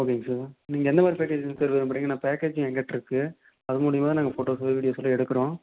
ஓகேங்க சார் நீங்கள் எந்த மாதிரி மெட்டீரியல்ஸ் சார் விரும்புகிறீங்க நான் பேக்கேஜ் எங்கிட்ட இருக்குது அது மூலிமா தான் நாங்கள் ஃபோட்டோஸு வீடியோஸ்லாம் எடுக்கிறோம்